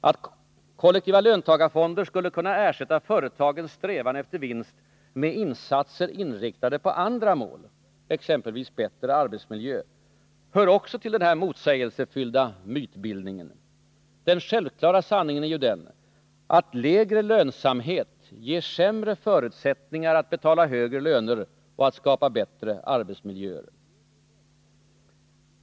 Att kollektiva löntagarfonder skulle kunna ersätta företagens strävan efter vinst med insatser inriktade på andra mål, exempelvis bättre arbetsmiljöer, hör också till den motsägelsefulla mytbildningen. Den självklara sanningen är ju den, att lägre lönsamhet ger sämre förutsättningar att betala högre löner och att skapa bättre arbetsmiljöer.